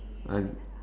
I